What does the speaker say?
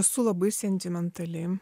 esu labai sentimentali